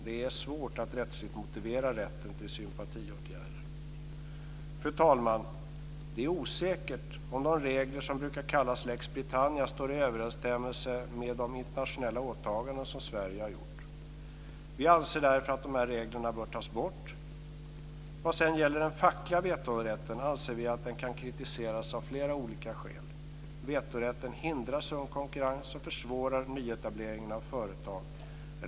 Det är svårt att rättsligt motivera rätten till sympatiåtgärder. Fru talman! Det är osäkert om de regler som brukar kallas lex Britannia står i överensstämmelse med de internationella åtaganden som Sverige har gjort. Vi anser därför att reglerna bör tas bort. Vad sedan gäller den fackliga vetorätten anser vi att den kan kritiseras av flera olika skäl. Vetorätten hindrar sund konkurrens och försvårar nyetableringen av företag.